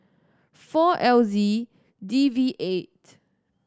four L Z D V eight